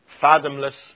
fathomless